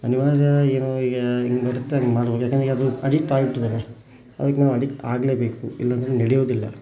ಅನಿವಾರ್ಯ ಇರೋ ಈಗ ಹೆಂಗೆ ಬರುತ್ತೆ ಹಂಗೆ ಮಾಡಬೇಕು ಯಾಕೆಂದರೆ ಅದು ಅಡಿಕ್ಟ್ ಆಗ್ಬಿಟ್ಟಿದ್ದಾರೆ ಅದಕ್ಕೆ ನಾವು ಅಡಿಕ್ಟ್ ಆಗಲೇ ಬೇಕು ಇಲ್ಲ ಅಂದ್ರೆ ನಡೆಯೋದಿಲ್ಲ